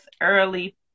early